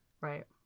Right